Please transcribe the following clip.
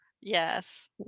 Yes